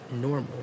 normal